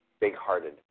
big-hearted